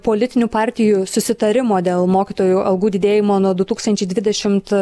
politinių partijų susitarimo dėl mokytojų algų didėjimo nuo du tūkstančiai dvidešimt